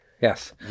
Yes